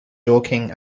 dorking